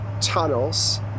tunnels